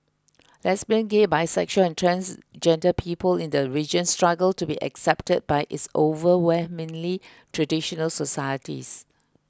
lesbian gay bisexual and transgender people in the region struggle to be accepted by its overwhelmingly traditional societies